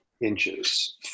inches